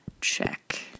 Check